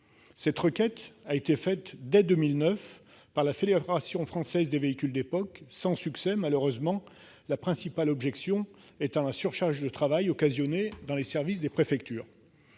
Cette requête a été faite dès 2009 par la Fédération française des véhicules d'époque- sans succès, malheureusement, la principale objection étant la surcharge de travail pour les services des préfectures.